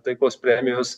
taikos premijos